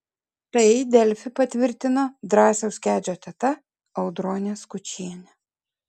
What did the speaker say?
tai delfi patvirtino drąsiaus kedžio teta audronė skučienė